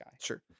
Sure